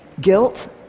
Guilt